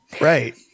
Right